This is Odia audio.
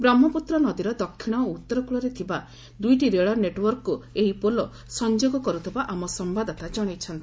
ବ୍ରହ୍ମପୁତ୍ର ନଦୀର ଦକ୍ଷିଣ ଓ ଉତ୍ତର କୂଳରେ ଥିବା ଦୁଇଟି ରେଳ ନେଟ୍ୱର୍କକୁ ଏହି ପୋଲ ସଂଯୋଗ କରୁଥିବା ଆମ ସମ୍ଘାଦଦାତା ଜଣାଇଛନ୍ତି